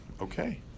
Okay